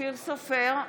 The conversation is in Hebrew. אופיר סופר,